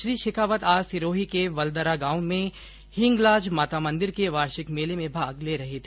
श्री शेखावत आज सिरोही के वलदरा गांव में हिंगलाज माता मंदिर के वार्षिक मेले में भाग ले रहे है